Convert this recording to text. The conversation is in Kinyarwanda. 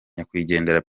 nyakwigendera